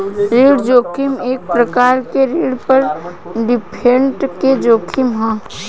ऋण जोखिम एक प्रकार के ऋण पर डिफॉल्ट के जोखिम ह